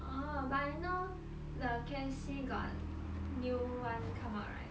orh but I know the K_F_C got new one come out right